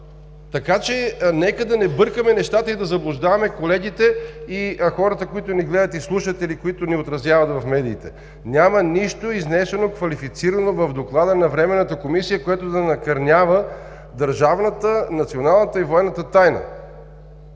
Така че нека да не бъркаме нещата и да заблуждаваме колегите и хората, които ни гледат, слушат или които ни отразяват в медиите. Няма нищо изнесено квалифицирано в Доклада на Временната комисия, което да накърнява държавната, националната и военната тайна!